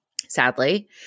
sadly